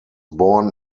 born